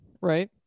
Right